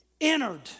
entered